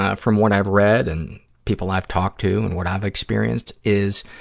ah from what i've read and people i've talked to and what i've experienced is,